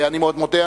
אני מאוד מודה.